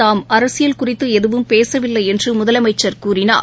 தாம் அரசியல் குறித்துஎதுவும் பேசவில்லைஎன்றுமுதலமைச்சர் கூறினார்